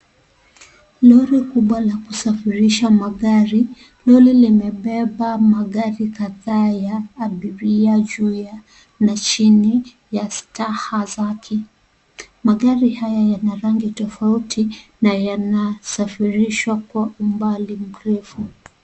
Lori kubwa la kusafirisha magari. Lori limebeba magari kadhaa ya abiria juu ya na chini ya staha zake. Magari haya yana rangi tofauti, na yanasafirishwa kwa umbali mrefu.